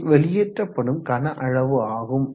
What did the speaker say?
இது வெளியேற்றப்படும் கனஅளவு ஆகும்